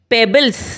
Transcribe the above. Pebbles